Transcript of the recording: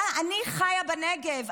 אני חיה בנגב,